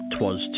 T'was